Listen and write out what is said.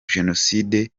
jenoside